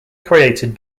created